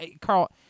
Carl